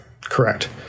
Correct